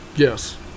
Yes